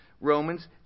Romans